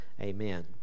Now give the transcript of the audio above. amen